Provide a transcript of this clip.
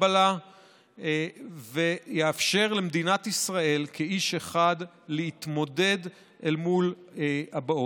קבלה ויאפשר למדינת ישראל כאיש אחד להתמודד אל מול הבאות.